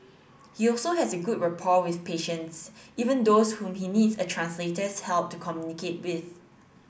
he also has a good rapport with patients even those whom he needs a translator's help to communicate with